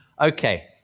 Okay